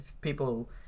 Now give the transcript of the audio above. people